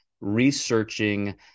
researching